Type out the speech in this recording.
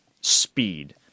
speed